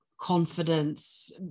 Confidence